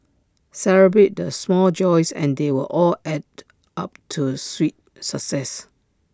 celebrate the small joys and they will all add to up to sweet success